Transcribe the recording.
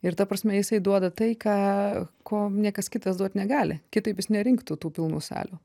ir ta prasme jisai duoda tai ką ko niekas kitas duot negali kitaip jis nerinktų tų pilnų salių